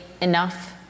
enough